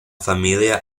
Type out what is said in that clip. familia